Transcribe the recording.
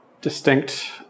distinct